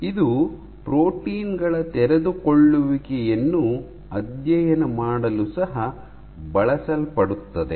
ಇದು ಪ್ರೋಟೀನ್ ಗಳ ತೆರೆದುಕೊಳ್ಳುವಿಕೆಯನ್ನು ಅಧ್ಯಯನ ಮಾಡಲು ಸಹ ಬಳಸಲ್ಪಡುತ್ತದೆ